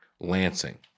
Lansing